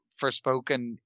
Forspoken